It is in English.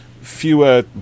fewer